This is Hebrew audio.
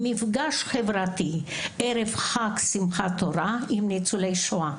מפגש חברתי ערב חג שמחת תורה עם ניצולי שואה.